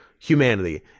Humanity